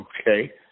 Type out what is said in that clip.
Okay